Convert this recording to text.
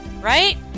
right